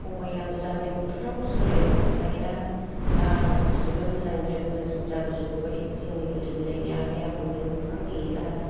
समायनाबो जाबाय बोथोराबो सोलायबाय मालाय दा गासिबो मोजांनिफ्राय मोजांसिन जाबोजोबबाय गोदो गोदायनि आबै आबौनि न'फ्रा गैला आरो